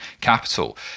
capital